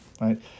right